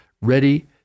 ready